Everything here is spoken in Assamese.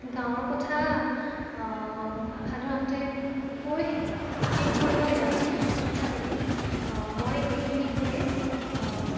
গাঁৱৰ কথা সাধাৰণতে কৈ শেষ কৰিব নোৱাৰি তথাপিতো মই এইখিনি কৈয়ে